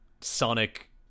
Sonic